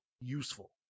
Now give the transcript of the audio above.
useful